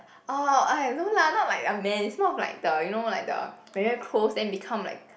oh !aiya! no lah not like a man is more of like the you know like the very close then become like